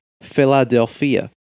Philadelphia